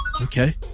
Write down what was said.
okay